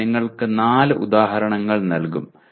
ഞങ്ങൾ നിങ്ങൾക്ക് നാല് ഉദാഹരണങ്ങൾ നൽകും